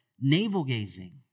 navel-gazing